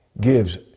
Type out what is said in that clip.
gives